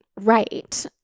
Right